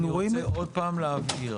אני רוצה עוד פעם להבהיר,